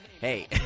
Hey